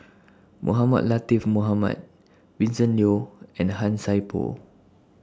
Mohamed Latiff Mohamed Vincent Leow and Han Sai Por